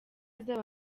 azaba